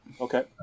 Okay